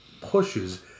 pushes